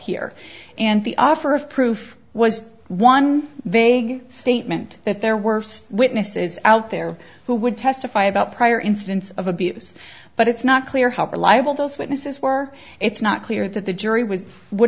here and the offer of proof was one vague statement that there were witnesses out there who would testify about prior incidents of abuse but it's not clear how reliable those witnesses were it's not clear that the jury was would